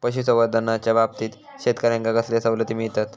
पशुसंवर्धनाच्याबाबतीत शेतकऱ्यांका कसले सवलती मिळतत?